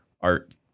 art